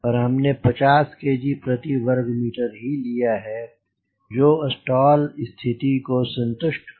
पर हमने 50 kg प्रति वर्ग मीटर ही लिया है जो स्टाल स्थिति को संतुष्ट करता है